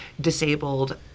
disabled